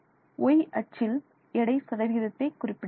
Y அச்சில் எடை சதவிகிதத்தை குறிப்பிடுகிறோம்